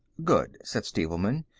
good, said stevelman.